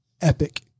epic